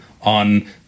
on